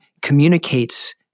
communicates